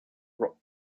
rock